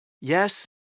Yes